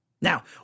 Now